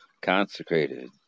consecrated